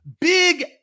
big